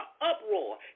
uproar